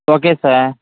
okay sir